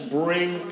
bring